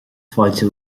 fáilte